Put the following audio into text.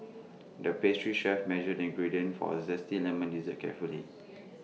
the pastry chef measured ingredients for A Zesty Lemon Dessert carefully